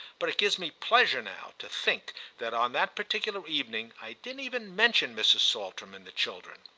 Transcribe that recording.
but it gives me pleasure now to think that on that particular evening i didn't even mention mrs. saltram and the children.